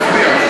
רק להצביע.